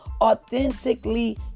authentically